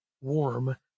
warm